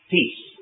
Peace